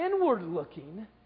inward-looking